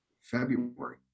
February